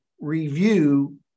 review